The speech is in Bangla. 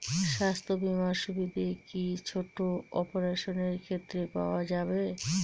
স্বাস্থ্য বীমার সুবিধে কি ছোট অপারেশনের ক্ষেত্রে পাওয়া যাবে?